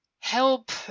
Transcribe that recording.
help